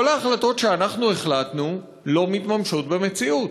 כל ההחלטות שאנחנו החלטנו לא מתממשות במציאות,